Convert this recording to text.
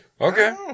Okay